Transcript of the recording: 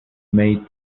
made